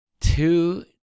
two